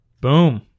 Boom